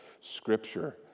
Scripture